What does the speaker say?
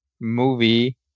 movie